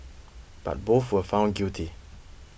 but both were found guilty